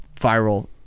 viral